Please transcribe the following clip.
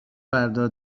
فردا